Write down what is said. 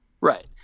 right